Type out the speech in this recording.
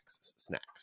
snacks